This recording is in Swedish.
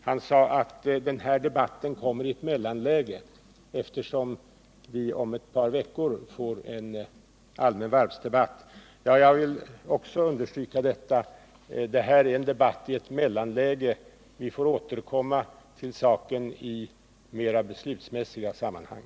Han sade att den här debatten kommer i ett mellanläge, eftersom vi om ett par veckor får en allmän varvsdebatt. Ja, jag vill också understryka detta: det här är en debatt i ett mellanläge. Vi får återkomma till saken i mera beslutsmässiga sammanhang.